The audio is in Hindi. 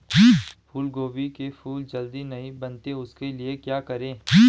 फूलगोभी के फूल जल्दी नहीं बनते उसके लिए क्या करें?